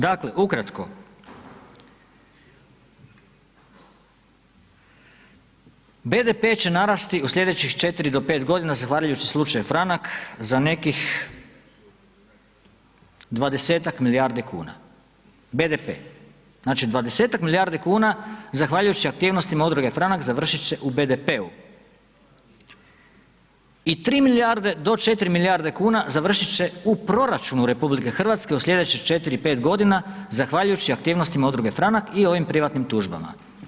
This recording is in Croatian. Dakle ukratko, BDP će narasti u sljedećih 4 do 5 godina zahvaljujući slučaju Franak za nekih 20-ak milijardi kuna BDP, znači 20-ak milijardi kuna zahvaljujući aktivnostima Udruge Franak završit će u BDP-u i 3 do 4 milijarde kuna završit će u proračunu RH u sljedećih 4, 5 godina zahvaljujući aktivnostima Udruge Franak i ovim privatnim tužbama.